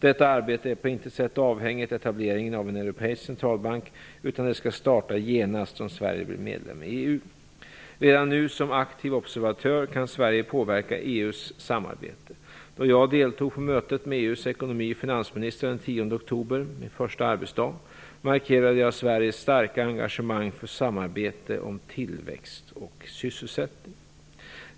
Detta arbete är på intet sätt avhängigt av etableringen av en europeisk centralbank, utan det skall starta genast om Sverige blir medlem i EU. Redan nu, som aktiv observatör, kan Sverige påverka EU:s samarbete. Då jag deltog på mötet med EU:s ekonomi och finansministrar den 10 oktober, min första arbetsdag, markerade jag Sveriges starka engagemang för samarbetet om tillväxt och sysselsättning.